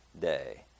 day